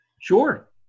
Sure